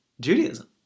Judaism